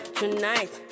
tonight